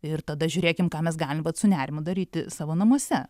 ir tada žiūrėkim ką mes galim vat su nerimu daryti savo namuose